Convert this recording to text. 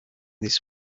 this